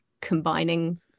combining